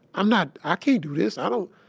i'm not, i can't do this. i don't.